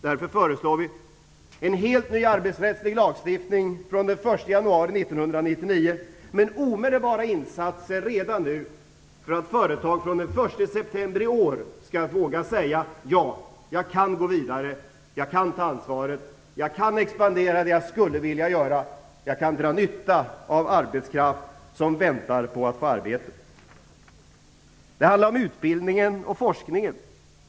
Därför förslår vi en helt ny arbetsrättslig lagstiftning från den första januari 1999 med omedelbara insatser redan nu för att företagare från den 1 september i år skall våga säga: Ja, jag kan gå vidare. Jag kan ta ansvaret. Jag kan expandera det jag skulle vilja göra. Jag kan dra nytta av arbetskraft som väntar på att få arbete. Det handlar för det fjärde om utbildningen och forskningen.